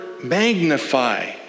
magnify